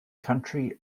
country